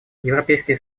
европейский